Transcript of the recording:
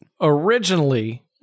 Originally